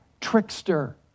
trickster